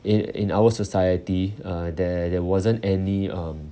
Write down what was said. in in our society uh there there wasn't any um